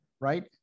right